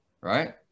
right